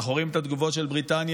אנחנו רואים את התגובות של בריטניה.